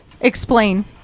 explain